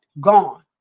Gone